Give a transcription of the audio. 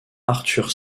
arthur